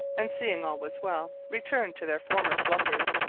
and seeing all was well returned to their former slumbers,